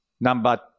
number